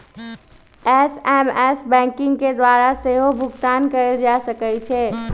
SMS banking के द्वारा सेहो भुगतान कएल जा सकै छै